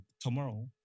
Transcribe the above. tomorrow